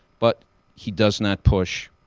but he does not push.